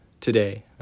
today